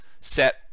set